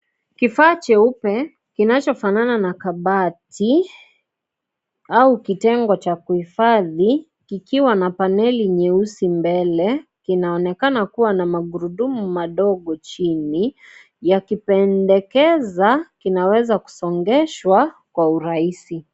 Kifaa cheupe , kinachofanana na kabati au kitengo cha kuhifadhi kikiwa na paneli nyeusi mbele , kinaonekana kuwa na magurudumu madogo chini .Yakipendekeza kinaweza kusongeshwa kwa urahisi.